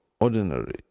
ordinary